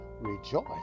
rejoice